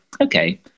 okay